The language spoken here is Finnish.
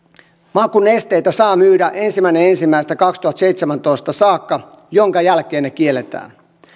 makunesteitä saa myydä ensimmäinen ensimmäistä kaksituhattaseitsemäntoista saakka minkä jälkeen ne kielletään